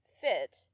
fit